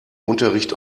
unterricht